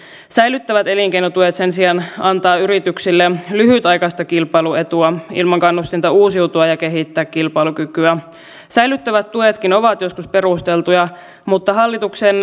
tässä jo aiemmin keskustelussa kiinnitettiin huomiota siihen että nämä maksujen korotukset lisäävät myös eroja kansalaisten välillä johtuen siitä että kunnat ovat erilaisessa tilanteessa